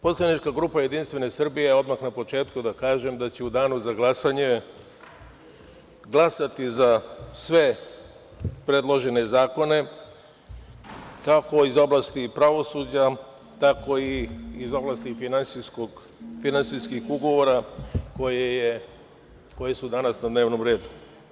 Poslanička grupa JS, odmah na početku da kažem, će u danu za glasanje glasati za sve predložene zakone, kako iz oblasti pravosuđa, tako i iz oblasti finansijskih ugovora koji su danas na dnevnom redu.